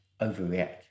overreact